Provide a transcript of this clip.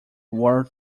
world